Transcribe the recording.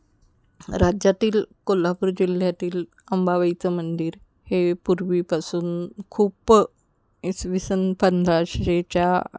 राज्यातील कोल्हापूर जिल्ह्यातील अंबाबाईचं मंदिर हे पूर्वीपासून खूप इसवी सन पंधराशेच्या